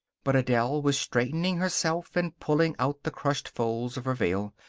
but adele was straightening herself and pulling out the crushed folds of her veil.